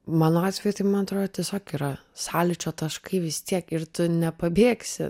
mano atveju tai man atrodo tiesiog yra sąlyčio taškai vis tiek ir tu nepabėgsi